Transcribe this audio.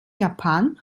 japan